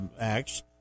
Acts